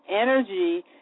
energy